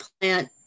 plant